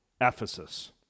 Ephesus